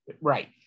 Right